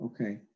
Okay